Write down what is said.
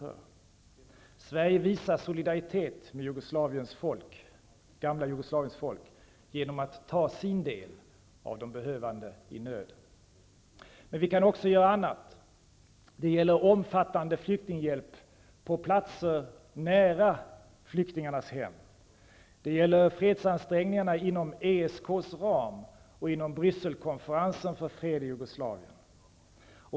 Sverige visar solidaritet med gamla Jugoslaviens folk genom att ta sin del av de behövande i nöd. Men vi kan också göra annat. Det gäller omfattande flyktinghjälp på platser nära flyktingarnas hem, det gäller fredsansträngningarna inom ESK:s ram och inom Brysselkonferensen för fred i Jugoslavien.